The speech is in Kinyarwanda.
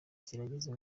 kirageze